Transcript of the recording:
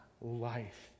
life